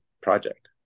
project